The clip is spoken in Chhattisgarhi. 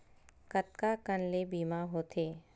कतका कन ले बीमा होथे?